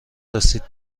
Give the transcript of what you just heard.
رسید